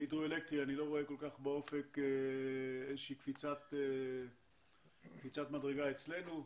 בהידרואלקטרי אני לא רואה באופק איזו שהיא קפיצת מדרגה אצלנו.